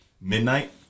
midnight